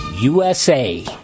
USA